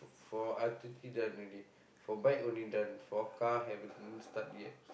for done already for bike only done for car haven't start yet